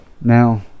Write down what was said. Now